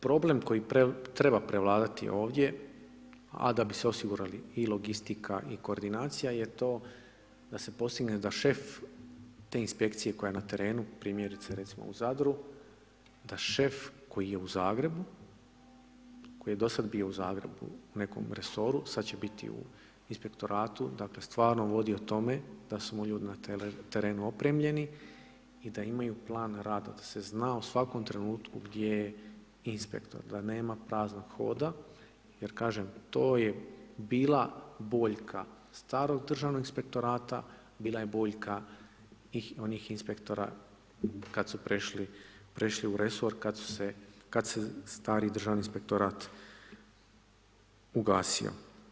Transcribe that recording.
Problem koji treba prevladati ovdje, a da bi se osigurali i logistika i koordinacija je to da se postigne da šef te Inspekcije koja je na terenu, primjerice recimo u Zadru, da šef koji je u Zagrebu, koji je do sada bio u Zagrebu u nekom resoru, sada će biti u Inspektoratu, dakle, stvarno vodio tome da su mu ljudi na terenu opremljeni i da imaju plan rada, da se zna u svakom trenutku gdje je inspektor, da nema praznog hoda jer kažem, to je bila boljka starog Državnog inspektorata, bila je boljka onih inspektora kada su prešli u resor, kad se stari Državni inspektorat ugasio.